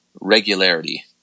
regularity